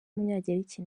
w’umugereki